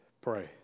pray